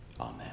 Amen